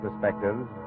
perspectives